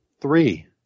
Three